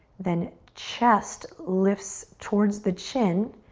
then chest lifts towards the chin,